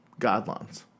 guidelines